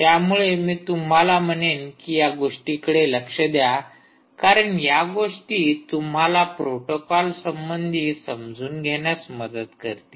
त्यामुळे मी तुम्हाला म्हणेन कि या गोष्टीकडे लक्ष द्या कारण या गोष्टी तुम्हाला प्रोटोकॉल संबंधी समजून घेण्यास मदत करतील